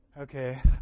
Okay